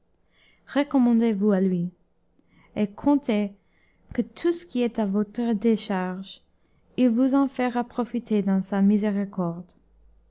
recommandez vous à lui et comptez que tout ce qui est à votre décharge il vous en fera profiter dans sa miséricorde